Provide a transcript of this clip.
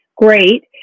Great